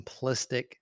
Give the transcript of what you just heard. simplistic